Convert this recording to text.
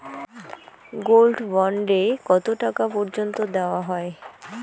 Gold bond এ কতো টাকা পর্যন্ত দেওয়া হয়?